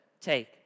Take